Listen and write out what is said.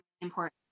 important